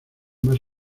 más